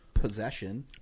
Possession